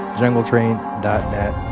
jungletrain.net